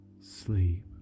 sleep